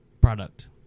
product